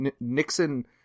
Nixon